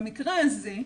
במקרה הזה,